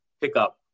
pickup